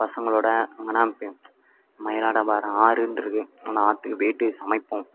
பசங்களோடு அங்கேதான் நிற்பேன் மயிலாடும் பாறை ஆறின்ருக்கு அந்த ஆற்றுக்கு போய்விட்டு சமைப்போம்